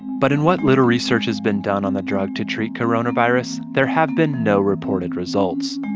but in what little research has been done on the drug to treat coronavirus, there have been no reported results.